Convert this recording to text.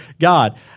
God